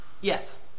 Yes